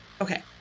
Okay